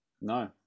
No